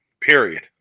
Period